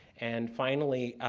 and finally,